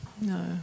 No